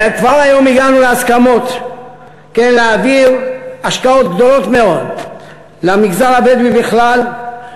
כבר היום הגענו להסכמות להעביר השקעות גדולות מאוד למגזר הבדואי בכלל,